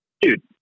dude